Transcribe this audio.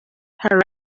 her